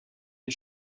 des